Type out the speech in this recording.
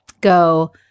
go